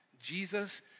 Jesus